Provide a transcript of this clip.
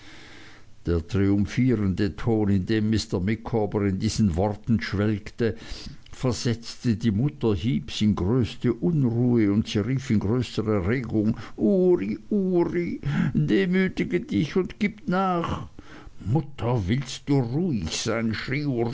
der triumphierende ton in dem mr micawber in diesen worten schwelgte versetzte die mutter heeps in größte unruhe und sie rief in größter erregung ury ury demütige dich und gib nach mutter willst du ruhig sein